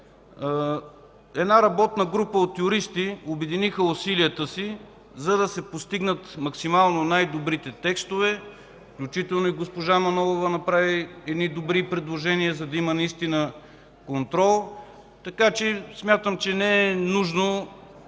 една работна група от юристи обедини усилията си, за да се постигнат максимално най-добрите текстове. Включително и госпожа Манолова направи едни добри предложения, за да има наистина контрол. Смятам, че не е нужно